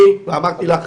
אני אמרתי לך,